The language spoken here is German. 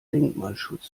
denkmalschutz